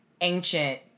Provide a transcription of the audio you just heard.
ancient